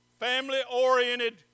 family-oriented